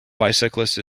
bicyclist